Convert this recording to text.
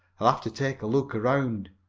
i'll have to take a look around.